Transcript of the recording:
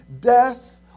death